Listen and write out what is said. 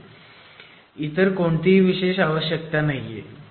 अगदी वार्यासकट पण इतर कोणतीही विशेष आवश्यकता नाहीये